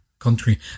Country